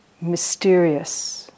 mysterious